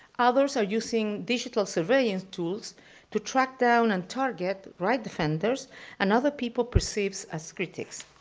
others are using digital surveillance tools to track down and target right defenders and other people perceived as critics.